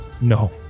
No